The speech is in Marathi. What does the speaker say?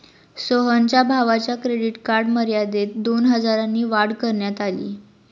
सोहनच्या भावाच्या क्रेडिट कार्ड मर्यादेत दोन हजारांनी वाढ करण्यात आली